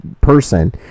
person